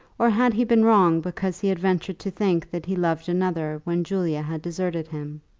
or had he been wrong because he had ventured to think that he loved another when julia had deserted him?